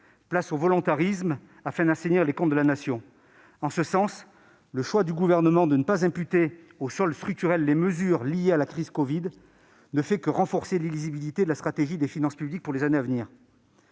Place au volontarisme, afin d'assainir les comptes de la Nation ! En ce sens, le choix du Gouvernement de ne pas imputer au solde structurel les mesures liées à la crise sanitaire ne fait que renforcer l'illisibilité de la stratégie des finances publiques pour les années à venir.